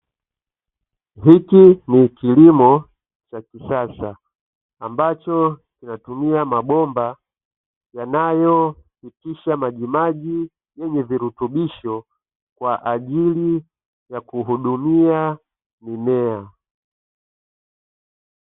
Hiki ni kilimo cha kisasa ambacho kinatumia mabomba yanayopitisha majimaji yenye virutubishi kwa ajli ya kuhudumia mimea.